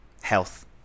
Health